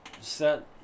set